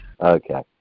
Okay